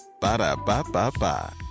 Ba-da-ba-ba-ba